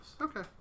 Okay